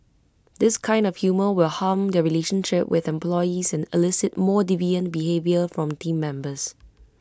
this kind of humour will harm their relationship with employees and elicit more deviant behaviour from Team Members